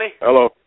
Hello